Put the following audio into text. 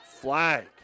flag